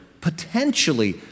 potentially